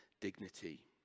dignity